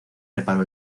reparó